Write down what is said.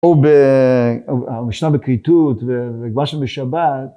המשנה בכריתות וגבל שם בשבת.